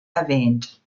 erwähnt